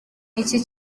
ikintu